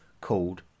called